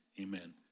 Amen